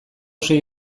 sei